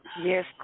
Yes